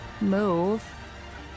move